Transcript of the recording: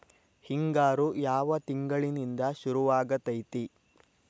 ಹಿಂಗಾರು ಯಾವ ತಿಂಗಳಿನಿಂದ ಶುರುವಾಗತೈತಿ?